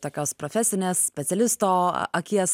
tokios profesinės specialisto akies